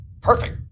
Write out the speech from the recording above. Perfect